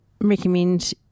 recommend